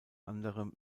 anderem